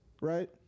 Right